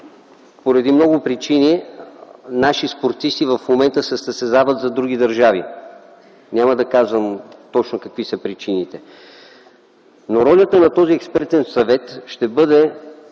поради много причини наши спортисти в момента се състезават за други държави. Няма да казвам точно какви са причините. Ролята на този Експертен съвет ще бъде